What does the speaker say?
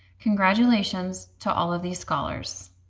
congratulations to all of these scholars.